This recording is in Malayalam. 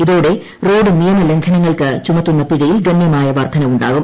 ഇതോടെ റോഡ് നിയമലംഘനങ്ങൾക്ക് ചുമത്തുന്ന പിഴയിൽ ഗണ്യമായ വർദ്ധനവുണ്ടാകും